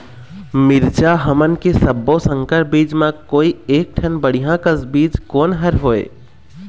मिरचा हमन के सब्बो संकर बीज म कोई एक ठन बढ़िया कस बीज कोन हर होए?